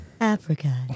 Africa